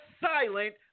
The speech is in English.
silent